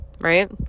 Right